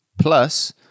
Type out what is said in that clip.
Plus